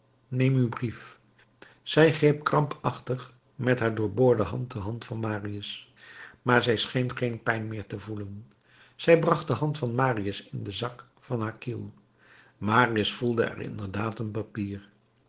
neem uw brief zij greep krampachtig met haar doorboorde hand de hand van marius maar zij scheen geen pijn meer te gevoelen zij bracht de hand van marius in den zak van haar kiel marius voelde er inderdaad een papier